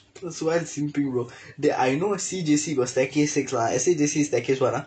that's why it's simping bro dey I know C_J_C got staircase six lah S_A_J_C is staircase what ah